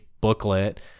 booklet